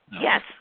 Yes